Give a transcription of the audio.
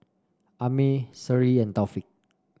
Ammir Seri and Taufik